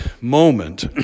moment